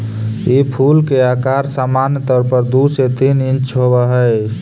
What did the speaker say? ई फूल के अकार सामान्य तौर पर दु से तीन इंच होब हई